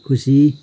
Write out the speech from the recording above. खुसी